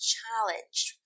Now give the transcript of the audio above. challenged